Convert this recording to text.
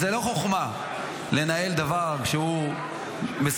זו לא חוכמה לנהל דבר שהוא מסודר.